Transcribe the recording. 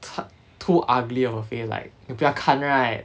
他 too ugly you will feel like 不要看 right